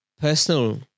personal